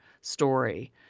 story